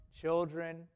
children